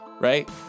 right